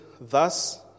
Thus